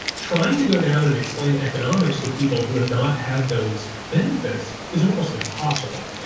trying to go down and explain economics to people who have not had those benefits. it's almost impossible.